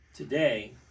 Today